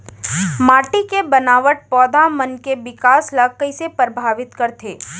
माटी के बनावट पौधा मन के बिकास ला कईसे परभावित करथे